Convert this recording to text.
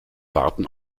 warten